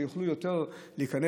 שיוכלו יותר להיכנס,